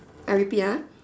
I repeat ah